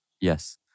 Yes